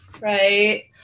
right